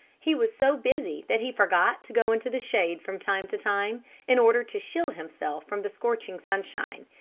he was so busy that he forgot to go into the shade from time to time in order to shield himself from the scorching sunshine.